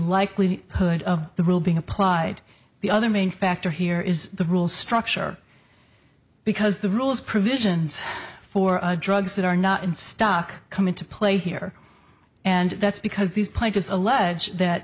likely hood of the rule being applied the other main factor here is the rule structure because the rules provisions for drugs that are not in stock come into play here and that's because these plans just allege that